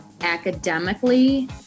academically